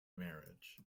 marriage